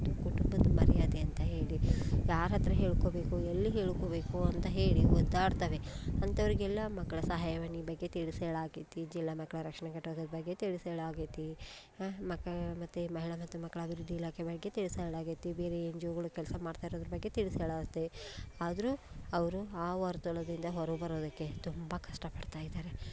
ಒಂದು ಕುಟುಂಬದ ಮರ್ಯಾದೆ ಅಂತ ಹೇಳಿ ಯಾರ ಹತ್ತಿರ ಹೇಳ್ಕೊಬೇಕು ಎಲ್ಲಿ ಹೇಳ್ಕೊಬೇಕು ಅಂತ ಹೇಳಿ ಒದ್ದಾಡ್ತವೆ ಅಂಥವರಿಗೆಲ್ಲ ಮಕ್ಕಳ ಸಹಾಯವಾಣಿ ಬಗ್ಗೆ ತಿಳಿಸಿ ಹೇಳಾಗೈತಿ ಜಿಲ್ಲಾ ಮಕ್ಕಳ ರಕ್ಷಣ ಬಗ್ಗೆ ತಿಳಿಸಿ ಹೇಳಾಗೈತಿ ಮಕ್ ಮತ್ತು ಮಹಿಳಾ ಮತ್ತು ಮಕ್ಕಳ ಅಭಿವೃದ್ಧಿ ಇಲಾಖೆ ಬಗ್ಗೆ ತಿಳಿಸಿ ಹೇಳಾಗೈತಿ ಬೇರೆ ಎನ್ ಜಿ ಒಗಳು ಕೆಲಸ ಮಾಡ್ತಾ ಇರೋದ್ರ ಬಗ್ಗೆ ತಿಳಿಸಿ ಹೇಳಾತು ಆದರೂ ಅವರು ಆ ವರ್ತುಲದಿಂದ ಹೊರ ಬರೋದಕ್ಕೆ ತುಂಬ ಕಷ್ಟಪಡ್ತಾ ಇದ್ದಾರೆ